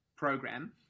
program